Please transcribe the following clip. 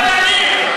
אתה, זאת דרך הישר?